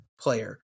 player